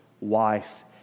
wife